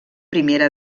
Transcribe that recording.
primera